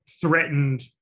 threatened